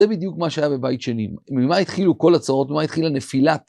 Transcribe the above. זה בדיוק מה שהיה בבית שני. ממה התחילו כל הצרות, ממה התחילה נפילת